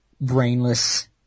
brainless